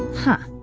huh.